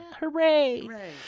Hooray